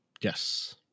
Yes